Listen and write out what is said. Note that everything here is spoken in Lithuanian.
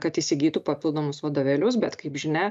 kad įsigytų papildomus vadovėlius bet kaip žinia